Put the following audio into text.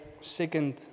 second